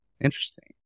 Interesting